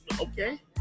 okay